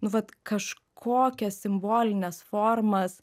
nu vat kažkokias simbolines formas